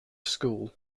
school